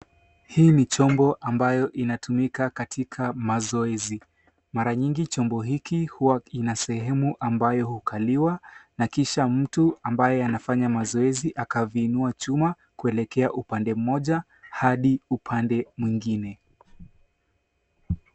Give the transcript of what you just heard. Hii ni chombo ambayo inatumika katika mazoezi. Mara nyingi chombo hiki huwa ina sehemu ambayo hukaliwa na kisha mtu ambaye anafanya mazoezi akaviinua chuma kueleka upande mmoja hadi upande mwingine.